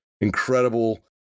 incredible